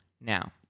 Now